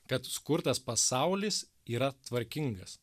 kad sukurtas pasaulis yra tvarkingas